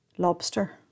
Lobster